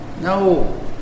no